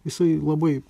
jisai labai